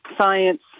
science